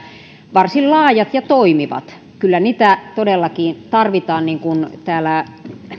varsin laajat ja toimivat kyllä niitä todellakin tarvitaan niin kuin täällä